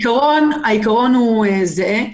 העיקרון הוא זהה.